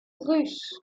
russe